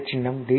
இந்த சின்னம் டி